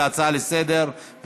להצעה לסדר-היום,